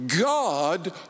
God